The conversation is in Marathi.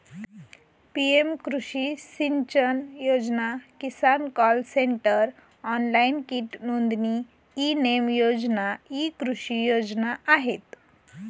पी.एम कृषी सिंचन योजना, किसान कॉल सेंटर, ऑनलाइन कीट नोंदणी, ई नेम योजना इ कृषी योजना आहेत